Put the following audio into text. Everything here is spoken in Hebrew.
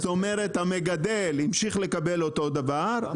--- זאת אומרת המגדל המשיך לקבל אותו דבר.